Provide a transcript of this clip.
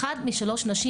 אחת משלוש נשים,